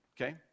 okay